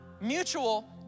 Mutual